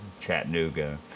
Chattanooga